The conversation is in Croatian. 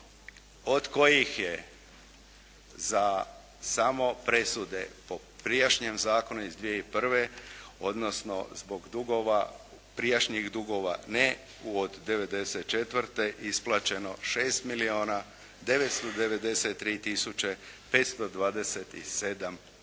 od kojih je za samo presude po prijašnjem zakonu iz 2001., odnosno zbog dugova prijašnjih dugova ne od '94. isplaćeno 6